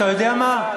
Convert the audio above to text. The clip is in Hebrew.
אתה יודע מה,